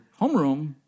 homeroom